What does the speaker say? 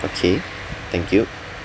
okay thank you